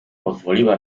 pozwoliła